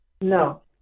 No